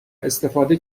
استفاده